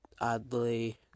oddly